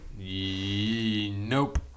Nope